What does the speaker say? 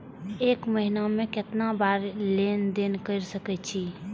एक महीना में केतना बार लेन देन कर सके छी?